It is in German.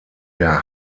der